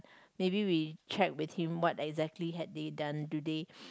maybe we check with him what exactly had they done today